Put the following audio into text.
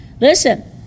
listen